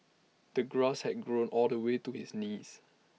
the grass had grown all the way to his knees